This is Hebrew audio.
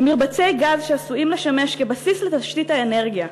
במרבצי גז שעשויים לשמש בסיס לתשתית האנרגיה.